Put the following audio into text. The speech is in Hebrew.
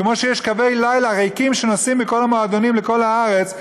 כמו שיש קווי לילה ריקים שנוסעים מכל המועדונים בכל הארץ,